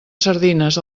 sardines